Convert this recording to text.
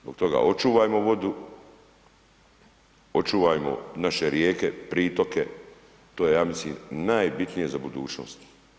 Zbog toga očuvajmo vodu, očuvajmo naše rijeke, pritoke, to je ja mislim najbitnije za budućnost.